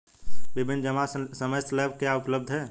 विभिन्न जमा समय स्लैब क्या उपलब्ध हैं?